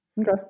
Okay